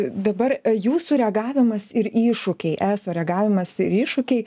dabar jūsų reagavimas ir iššūkiai eso reagavimas ir iššūkiai